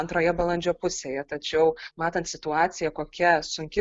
antroje balandžio pusėje tačiau matant situaciją kokia sunki